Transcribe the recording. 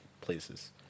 places